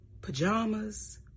pajamas